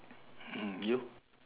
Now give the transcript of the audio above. mm you